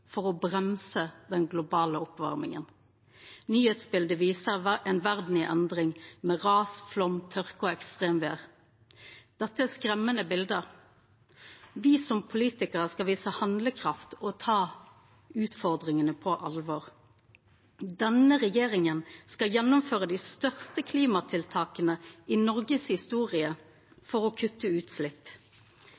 for å bremsa den globale oppvarminga. Nyheitsbildet viser ei verd i endring, med ras, flaum, tørke og ekstremvêr, og dette er skremmande bilde. Me som politikarar skal visa handlekraft og ta utfordringane på alvor. Denne regjeringa skal gjennomføra dei største klimatiltaka i Noregs historie